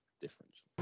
difference